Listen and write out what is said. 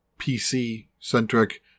PC-centric